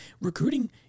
Recruiting